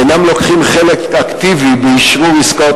אינם לוקחים חלק אקטיבי באשרור עסקאות